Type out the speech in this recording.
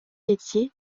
laitiers